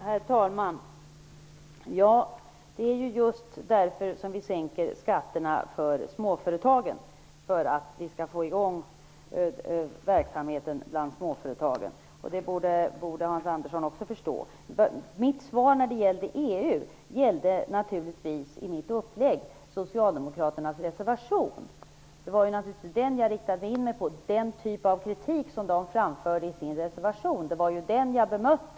Herr talman! Det är just för att få i gång verksamheten för småföretagen som vi sänker skatterna för dem. Det borde Hans Andersson också förstå. Mitt svar när det gällde EU gällde naturligtvis socialdemokraternas reservation. Det var den kritik som de framför i sin reservation som jag bemötte.